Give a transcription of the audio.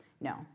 No